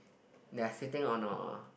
they are sitting on a